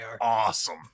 awesome